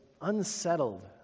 unsettled